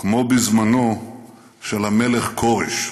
כמו בזמנו של המלך כורש".